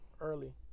early